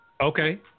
Okay